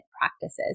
practices